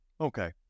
Okay